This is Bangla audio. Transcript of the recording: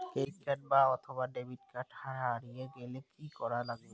ক্রেডিট কার্ড অথবা ডেবিট কার্ড হারে গেলে কি করা লাগবে?